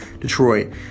Detroit